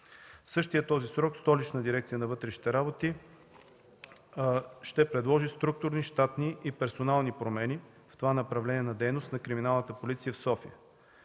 същия този срок Столична дирекция на вътрешните работи ще предложи структурни, щатни и персонални промени в това направление на дейност на криминалната полиция в София,